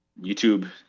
YouTube